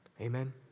Amen